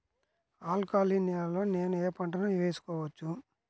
Alkaline నేలలో నేనూ ఏ పంటను వేసుకోవచ్చు?